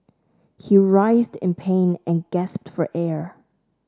he writhed in pain and gasped for air